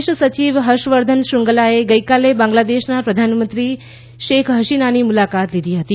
વિદેશ સચિવ હર્ષવર્ધન શ્રુંગલાએ ગઇકાલે બાંગ્લાદેશના પ્રધાનમંત્રી શેખ હસીનાની મુલાકાત લીધી હતી